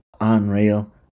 unreal